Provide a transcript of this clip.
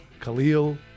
Khalil